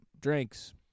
drinks